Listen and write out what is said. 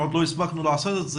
עוד לא הספקנו לעשות את זה.